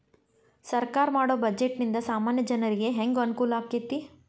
ಸರ್ಕಾರಾ ಮಾಡೊ ಬಡ್ಜೆಟ ನಿಂದಾ ಸಾಮಾನ್ಯ ಜನರಿಗೆ ಹೆಂಗ ಅನುಕೂಲಕ್ಕತಿ?